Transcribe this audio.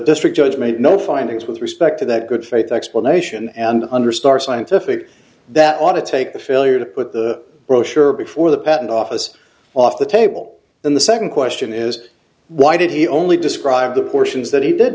district judge made no findings with respect to that good faith explanation and under star scientific that want to take the failure to put the brochure before the patent office off the table and the second question is why did he only describe the portions that he did